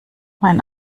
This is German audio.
mein